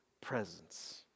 presence